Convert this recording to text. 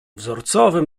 wzorowym